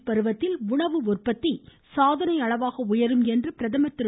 ப் பருவத்தில் உணவு உற்பத்தி சாதனை அளவாக உயரும் என்று பிரதமர் திரு